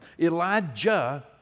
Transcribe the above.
Elijah